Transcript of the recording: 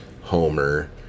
Homer